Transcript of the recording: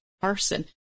person